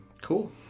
cool